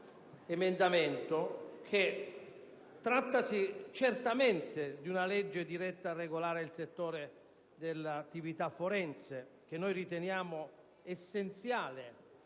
emendamento che trattasi certamente di una legge diretta a regolare il settore dell'attività forense, che riteniamo essenziale